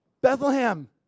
Bethlehem